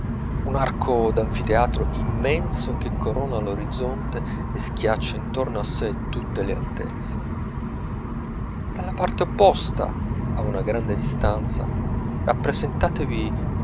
un arco d'anfiteatro immenso che corona l'orizzonte e schiaccia intorno a sè tutte le altezze dalla parte opposta a una grande distanza rappresentatevi